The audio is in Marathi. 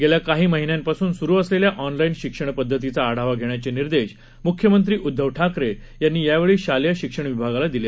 गेल्या काही महिन्यांपासून सुरु असलेल्या ऑनलाईन शिक्षण पद्धतीचा आढावा घेण्याचे निर्देश मुख्यमंत्री उद्धव ठाकरे यांनी यावेळी शालेय शिक्षण विभागाला दिले